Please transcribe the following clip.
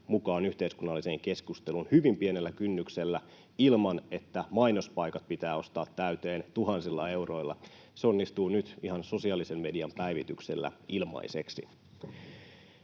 mukaan yhteiskunnalliseen keskusteluun hyvin pienellä kynnyksellä ilman, että mainospaikat pitää ostaa täyteen tuhansilla euroilla. Se onnistuu nyt ihan sosiaalisen median päivityksellä ilmaiseksi.